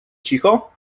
cicho